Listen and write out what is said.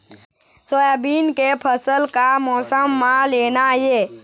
Soybean के फसल का मौसम म लेना ये?